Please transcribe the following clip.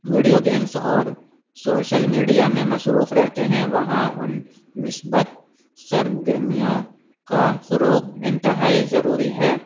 video games اور social media میں مصروف رہتے ہیں وہاں ان نسبت سرگرمیوں کا فروغ انتہائی ضروری ہے